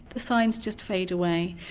the signs just fade away.